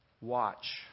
watch